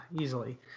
easily